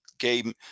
Game